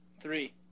Three